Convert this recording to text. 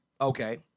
Okay